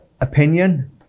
opinion